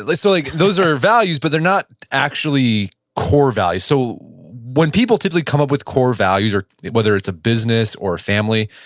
like so like those are values, but they're not actually core values. so when people typically come up with core values, whether it's a business or a family,